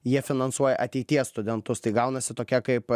jie finansuoja ateities studentus tai gaunasi tokia kaip